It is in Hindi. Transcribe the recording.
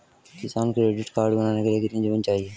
किसान क्रेडिट कार्ड बनाने के लिए कितनी जमीन चाहिए?